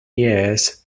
years